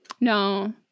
No